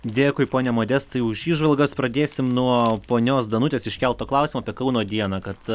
dėkui pone modestai už įžvalgas pradėsim nuo ponios danutės iškelto klausimo apie kauno dieną kad